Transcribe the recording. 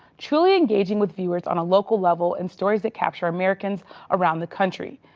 truly engaging with viewers on a local level and stories that capture americans around the country.